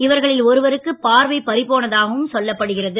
இவர்களில் ஒருவருக்கு பார்வை பறிபோனதாகவும் சொல்லப்படுகிறது